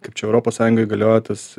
kaip čia europos sąjungoj galiojas